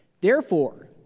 Therefore